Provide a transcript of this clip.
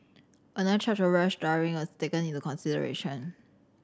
another charge of rash driving was taken into consideration